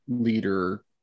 leader